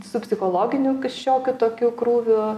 su psichologiniu šiokiu tokiu krūviu